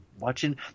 Watching